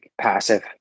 passive